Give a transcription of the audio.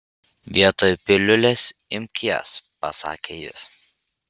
vietoj piliulės imk jas pasakė jis